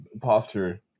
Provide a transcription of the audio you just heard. posture